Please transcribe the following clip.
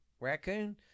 Raccoon